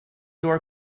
door